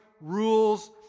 rules